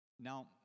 Now